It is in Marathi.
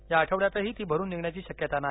या आठवड्यातही ती भरून निघण्याची शक्यता नाही